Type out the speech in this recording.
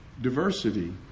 diversity